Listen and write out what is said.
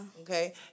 Okay